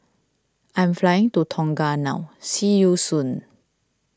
I am flying to Tonga now see you soon